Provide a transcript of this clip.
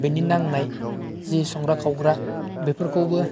बिदि नांनाय जि संग्रा खावग्रा बेफोरखौबो